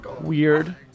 Weird